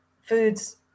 foods